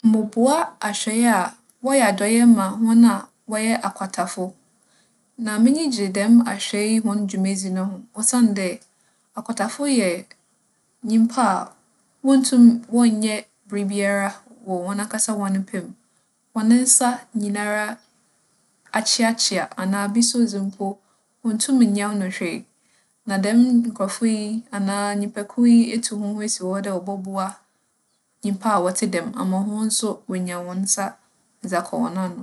Moboa ahwɛe a wͻyɛ adͻe ma hͻn a wͻyɛ akwatafo. Na m'enyi gye dɛm ahwɛe yi hͻn dwumadzi no ho osiandɛ akwatafo yɛ nyimpa a wonntum wͻnnyɛ biribiara wͻ hͻn ankasa hͻn pɛ mu. Hͻn nsa nyinara akyeakyea anaa bi so dze mpo, onntum nnyɛ no hwee. Na dɛm nkorͻfo yi, anaa nyimpakuw yi etu hͻnho esi hͻ dɛ wͻbͻboa nyimpa a wͻtse dɛm ama hͻn so woeenya hͻn nsa dze akͻ hͻn ano.